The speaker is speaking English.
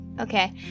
Okay